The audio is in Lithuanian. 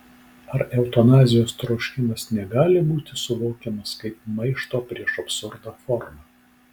ar eutanazijos troškimas negali būti suvokiamas kaip maišto prieš absurdą forma